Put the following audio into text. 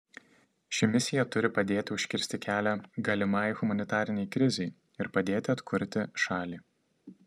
ši misija turi padėti užkirsti kelią galimai humanitarinei krizei ir padėti atkurti šalį